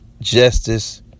justice